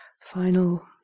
final